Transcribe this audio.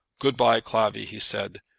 good-by, clavvy, he said.